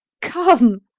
come!